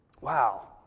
Wow